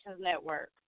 Network